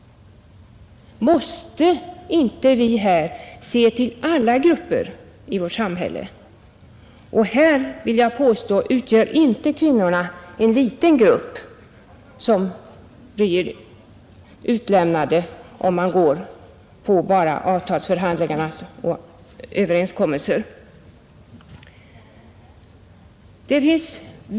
Måste vi inte se till alla grupper i vårt samhälle? Om man bara går efter avtalsförhandlingarna och de överenskommelser som träffas, vill jag påstå att stora grupper kommer att ställas utanför och här utgör kvinnorna en betydande del.